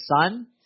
son